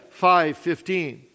5.15